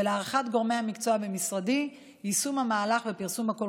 ולהערכת גורמי המקצוע במשרדי יישום המהלך ופרסום הקול